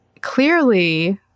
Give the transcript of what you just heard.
clearly